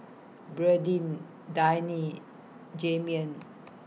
Bradyn Dayne and Jahiem